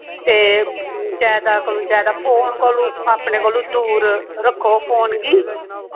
ते ज्यादा कोला ज्यादा फोन कोलू अपने कोलू दूर रक्खो फोन गी